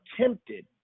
tempted